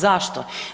Zašto?